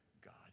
God